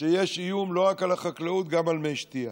שיש איום לא רק על החקלאות, גם על מי השתייה.